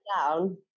down